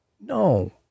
No